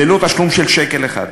ללא תשלום של שקל אחד.